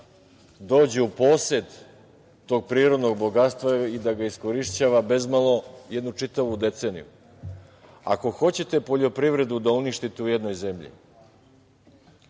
dođe u posed tog prirodnog bogatstva i da ga iskorišćava bezmalo jednu čitavu deceniju. Ako hoćete poljoprivredu da uništite u jednoj zemlji,